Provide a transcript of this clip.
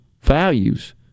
values